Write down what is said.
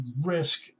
risk